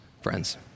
Friends